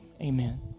Amen